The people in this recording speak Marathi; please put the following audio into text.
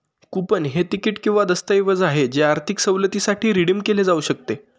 कूपन हे तिकीट किंवा दस्तऐवज आहे जे आर्थिक सवलतीसाठी रिडीम केले जाऊ शकते